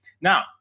Now